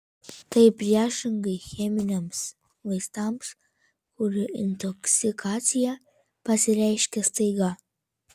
tai priešingai cheminiams vaistams kurių intoksikacija pasireiškia staiga